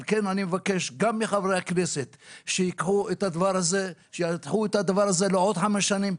על כן אני מבקש גם מחברי הכנסת שיידחו את הדבר הזה לעוד חמש שנים.